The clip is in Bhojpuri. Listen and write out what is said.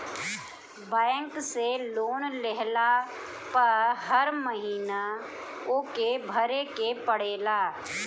बैंक से लोन लेहला पअ हर महिना ओके भरे के पड़ेला